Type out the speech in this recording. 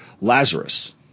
Lazarus